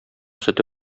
сөте